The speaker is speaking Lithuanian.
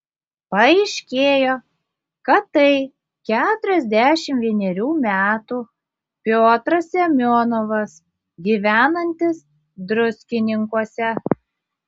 paaiškėjo kad tai keturiasdešimt vienerių metų piotras semionovas gyvenantis druskininkuose